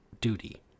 duty